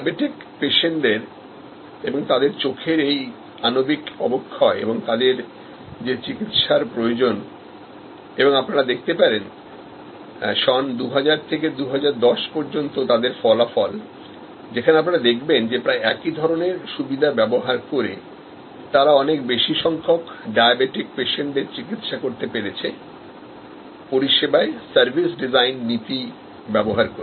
diabetic পেশেন্টদের এবং তাদের চোখের এই আণবিক অবক্ষয় এবং তাদের যে চিকিৎসার প্রয়োজন এবং আপনারা দেখতে পারেন সন 2000 থেকে 2010 পর্যন্ত তাদেরফলাফল যেখানে আপনারা দেখবেন যে প্রায় একই রকমের সুবিধা ব্যবহার করে তারা অনেক বেশি সংখ্যক ডায়াবেটিক পেশেন্টরচিকিৎসা করতে পেরেছেপরিষেবায়সার্ভিস ডিজাইন নীতি ব্যবহার করে